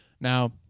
Now